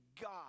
God